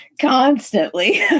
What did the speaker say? constantly